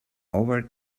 over